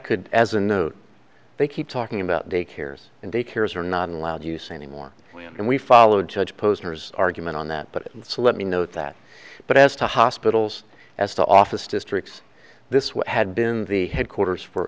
could as a note they keep talking about day cares and day cares are not allowed use anymore and we followed judge posner's argument on that but and so let me note that but as to hospitals as the office districts this what had been the headquarters for